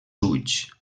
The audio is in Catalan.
ulls